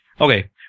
okay